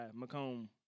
Macomb